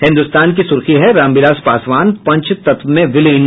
हिन्दुस्तान की सुर्खी है रामविलास पासवान पंचतत्व में विलीन